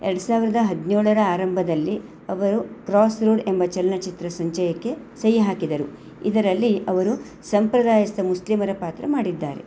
ಎರಡು ಸಾವಿರದ ಹದಿನೇಳರ ಆರಂಭದಲ್ಲಿ ಅವರು ಕ್ರಾಸ್ರೋಡ್ ಎಂಬ ಚಲನಚಿತ್ರ ಸಂಚಯಕ್ಕೆ ಸಹಿ ಹಾಕಿದರು ಇದರಲ್ಲಿ ಅವರು ಸಂಪ್ರದಾಯಸ್ಥ ಮುಸ್ಲಿಮರ ಪಾತ್ರ ಮಾಡಿದ್ದಾರೆ